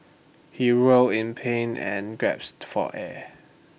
he writhe in pain and gasped for air